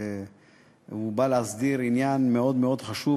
הוא בא להסדיר עניין מאוד מאוד חשוב,